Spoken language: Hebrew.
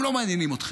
הם לא מעניינים אתכם.